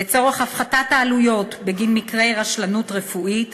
2. לצורך הפחתת העלויות בגין מקרי רשלנות רפואית,